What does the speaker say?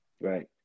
right